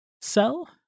sell